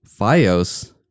Fios